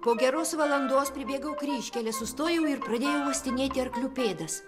po geros valandos pribėgau kryžkelę sustojau ir pradėjau uostinėti arklių pėdas